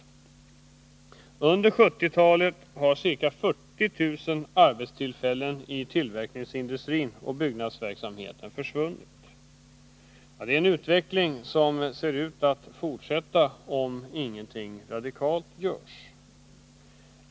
Under 1970-talet har ca 40 000 arbetstillfällen i tillverkningsindustrin och byggnadsverksamheten försvunnit. Det är en utveckling som ser ut att fortsätta, om ingenting radikalt görs.